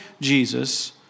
Jesus